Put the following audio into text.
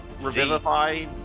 Revivify